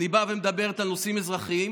אני באה ומדברת על נושאים אזרחיים,